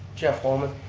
geoff holman.